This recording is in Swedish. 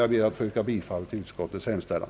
Jag ber att få yrka bifall till utskottets hemställan.